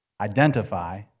identify